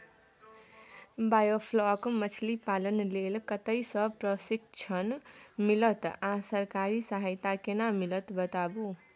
Biofloc मछलीपालन लेल कतय स प्रशिक्षण मिलत आ सरकारी सहायता केना मिलत बताबू?